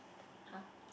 !huh!